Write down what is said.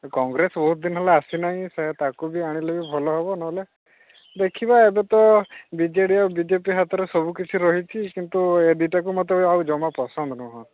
କଂଗ୍ରେସ୍ ବହୁତ ଦିନ ହେଲା ଆସି ନାହିଁ ତାକୁ ବି ଆଣିଲେ ବି ଭଲ ହେବ ନହେଲ ଦେଖିବା ଏବେତ ବି ଜେ ଡ଼ି ଆଉ ବି ଜେ ପି ହାତରେ ସବୁ କିଛି ରହିଛି କିନ୍ତୁ ଏଇ ଦୁଇଟାକୁ ମୋତେ ଆଉ ଜମା ପସନ୍ଦ ନୁହଁ